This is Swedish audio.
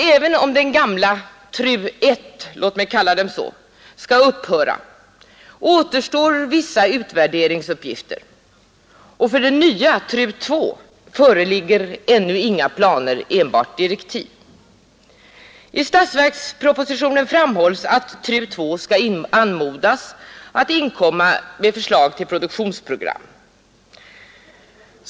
Även om den gamla TRU I — låt mig kalla den så — skall upphöra återstår vissa utvärderingsuppgifter, och för den nya TRU II föreligger ännu inga planer, enbart direktiv. I statsverkspropositionen framhålls att TRU II skall anmodas att inkomma med förslag till produktionsprogram.